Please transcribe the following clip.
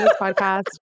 podcast